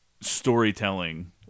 storytelling